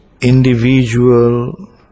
individual